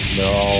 no